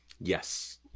Yes